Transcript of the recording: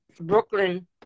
Brooklyn